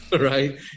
right